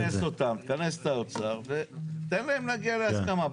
תכנס אותם, תכנס את האוצר ותן להם להגיע להסכמה.